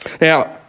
Now